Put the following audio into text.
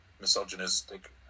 misogynistic